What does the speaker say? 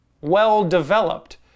well-developed